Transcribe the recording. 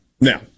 Now